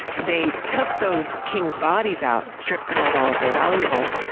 they took those kings' bodies out, stripped them of all of their valuables,